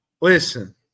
listen